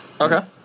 Okay